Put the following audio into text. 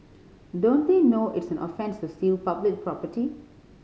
don't they know it's an offence to steal public property